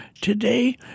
today